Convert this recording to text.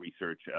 Research